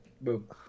Boom